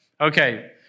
Okay